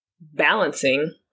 balancing